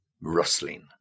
Rustling